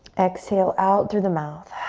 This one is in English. exhale out through the mouth.